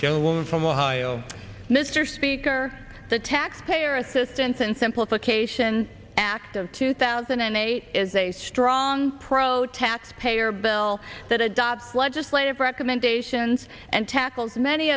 gentleman from ohio mr speaker the taxpayer assistance and simplification act of two thousand and eight is a strong no taxpayer bill that adopts legislative recommendations and tackles many